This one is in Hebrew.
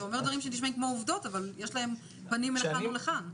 אתה אומר דברים שנשמעים כמו עובדות אבל יש להם פנים לכאן ולכאן.